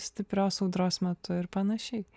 stiprios audros metu ir panašiai